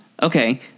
Okay